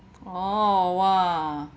oh !wah!